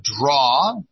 draw